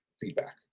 feedback